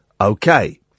Okay